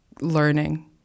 learning